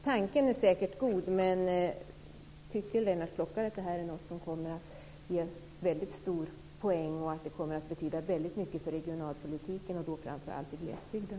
Tanken är säkert god, men tror Lennart Klockare att detta är något som kommer att ge höga poäng och betyda väldigt mycket för regionalpolitiken, och då framför allt i glesbygden?